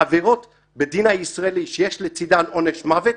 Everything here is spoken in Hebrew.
העבירות בדין הישראלי שיש לצדן עונש מוות,